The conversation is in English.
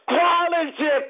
Quality